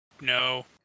No